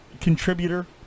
contributor